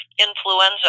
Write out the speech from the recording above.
influenza